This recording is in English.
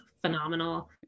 phenomenal